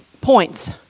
points